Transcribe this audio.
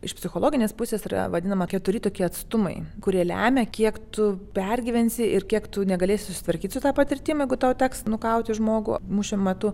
iš psichologinės pusės yra vadinama keturi tokie atstumai kurie lemia kiek tu pergyvensi ir kiek tu negalėsi susitvarkyt su ta patirtim jeigu tau teks nukauti žmogų mūšio metu